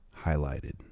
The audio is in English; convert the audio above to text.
highlighted